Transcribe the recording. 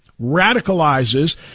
radicalizes